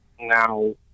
Now